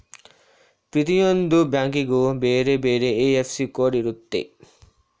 ಪ್ರತಿಯೊಂದು ಬ್ಯಾಂಕಿಗೂ ಬೇರೆ ಬೇರೆ ಐ.ಎಫ್.ಎಸ್.ಸಿ ಕೋಡ್ ಇರುತ್ತೆ